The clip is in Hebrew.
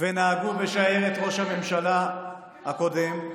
ונהגו בשיירת ראש הממשלה הקודם.